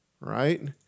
right